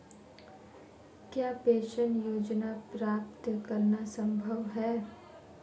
क्या पेंशन योजना प्राप्त करना संभव है?